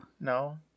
No